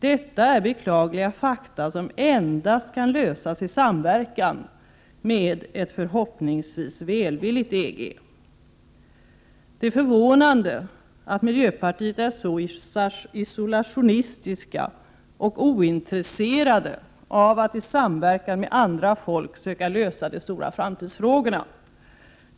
Detta är beklagliga fakta, som endast kan påverkas i samverkan med ett förhoppningsvis välvilligt EG. Det är förvånande att man inom miljöpartiet är så isolationistisk och ointresserad av att i samverkan med andra folk söka lösa de stora framtidsfrågorna.